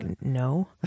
no